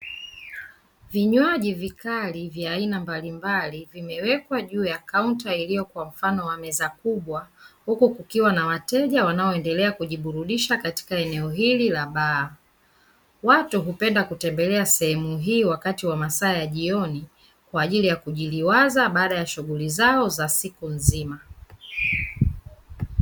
Vinywaji vikali vya aina mbalimbali vimewekwa juu ya kaunta iliyo kwa mfano wa meza kubwa, huku kukiwa na wateja wanaoendelea kujiburudisha katika eneo hili la baa watu hupenda kutembelea sehemu hii wakati wa masaa ya jioni kwa ajili ya kujiliwaza baada ya shughuli zao za siku nzima.